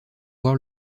voir